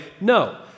No